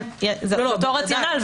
זה אותו רציונל,